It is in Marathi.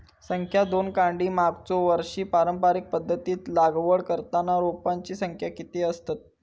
संख्या दोन काडी मागचो वर्षी पारंपरिक पध्दतीत लागवड करताना रोपांची संख्या किती आसतत?